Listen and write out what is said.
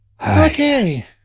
Okay